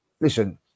listen